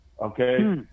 okay